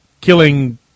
killing